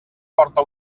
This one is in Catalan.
porta